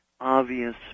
obvious